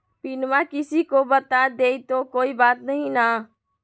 पिनमा किसी को बता देई तो कोइ बात नहि ना?